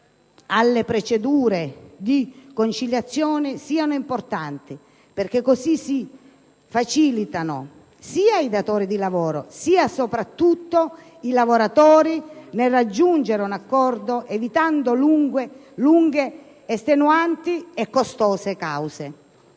alle procedure di conciliazione siano importanti, perché facilitano sia i datori di lavoro sia, soprattutto, i lavoratori nel raggiungere un accordo evitando lunghe, estenuanti e costose cause.